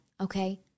Okay